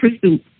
pursuit